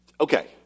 Okay